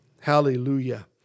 Hallelujah